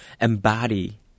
embody